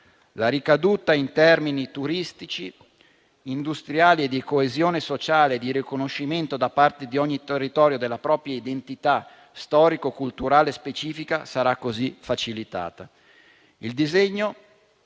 La ricaduta in termini turistici, industriali e di coesione sociale e di riconoscimento, da parte di ogni territorio, della propria identità storico-culturale specifica sarà così facilitata. Il disegno